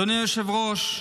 --- אדוני היושב-ראש,